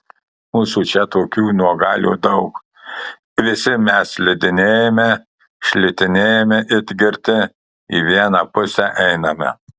mūsų čia tokių nuogalių daug visi mes slidinėjame šlitinėjame it girti į vieną pusę einame